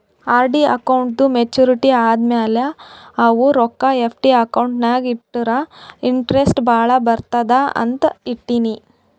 RD ಅಕೌಂಟ್ದೂ maturity ಆದಮ್ಯಾಲ ಅವು ರೊಕ್ಕಾ ಎಫ್.ಡಿ ಅಕೌಂಟ್ ನಾಗ್ ಇಟ್ಟುರ ಇಂಟ್ರೆಸ್ಟ್ ಭಾಳ ಬರ್ತುದ ಅಂತ್ ಇಟ್ಟೀನಿ